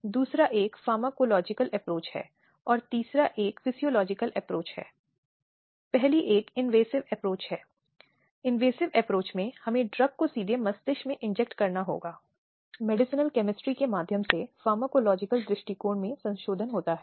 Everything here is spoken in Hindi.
इसलिए वे दो अलग अलग हैं और एक महिला जो एक बार 2013 अधिनियम के प्रावधानों को लागू करना चाहती है वह यौन उत्पीड़न या यहां तक कि शील भंग के मामले में समान रूप से स्वतंत्र है